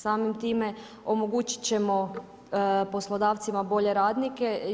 Samim time omogućit ćemo poslodavcima bolje radnike.